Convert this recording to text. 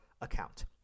account